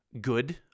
good